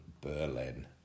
Berlin